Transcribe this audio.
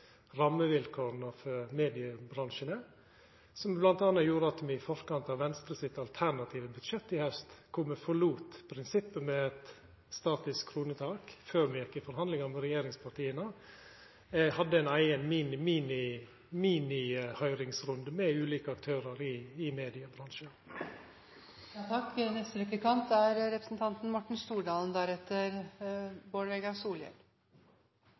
rammevilkåra for mediebransjen er, gjorde bl.a. at me i forkant av Venstres alternative budsjett i haust, kor me forlét prinsippet om eit statisk kronetak før me gjekk i forhandlingar med regjeringspartia, hadde ein eigen minihøyringsrunde med ulike aktørar i mediebransjen. Venstre er